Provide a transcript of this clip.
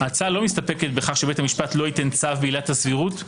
ההצעה אינה מסתפקת בכך שבית המשפט לא ייתן צו בעילה של סבירות,